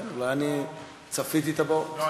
כן, אולי אני צפיתי את הבאות.